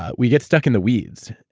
ah we get stuck in the weeds.